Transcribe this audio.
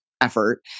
effort